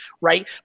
right